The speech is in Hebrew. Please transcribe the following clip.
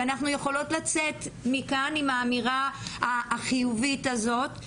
אנחנו יכולות לצאת מכאן עם האמירה החיובית הזאת.